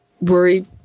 worried